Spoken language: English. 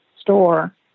store